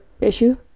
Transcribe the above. issue